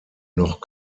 noch